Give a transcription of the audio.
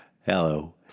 Hello